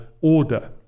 order